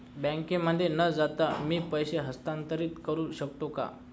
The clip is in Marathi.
बँकेमध्ये न जाता मी पैसे हस्तांतरित करू शकतो का?